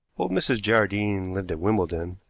old mrs. jardine lived at wimbledon,